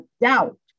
doubt